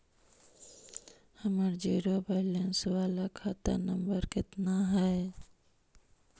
हमर zero balance बाला खाता नम्बर कितना है?